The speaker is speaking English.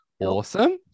Awesome